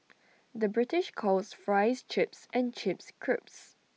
the British calls Fries Chips and Chips Crisps